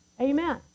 Amen